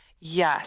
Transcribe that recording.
Yes